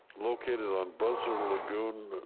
located on buzzer lagoon,